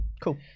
cool